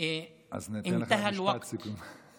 אז ניתן לך משפט סיכום.